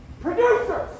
Producers